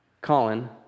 Colin